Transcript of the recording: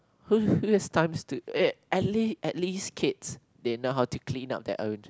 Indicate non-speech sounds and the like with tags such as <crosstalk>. <noise> waste times to at least at least kids they know how to clean up their own